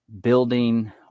building